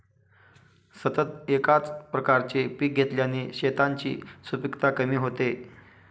सतत एकाच प्रकारचे पीक घेतल्याने शेतांची सुपीकता कमी होते